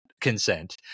consent